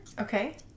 okay